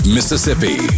Mississippi